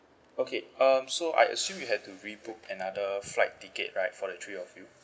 okay um so I assume you had to re book another flight ticket right for the three of you